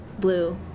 blue